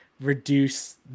reduce